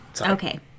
Okay